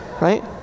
right